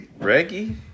Reggie